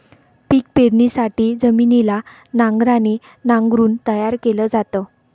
पिक पेरणीसाठी जमिनीला नांगराने नांगरून तयार केल जात